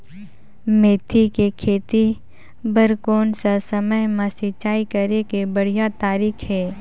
मेथी के खेती बार कोन सा समय मां सिंचाई करे के बढ़िया तारीक हे?